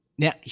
Now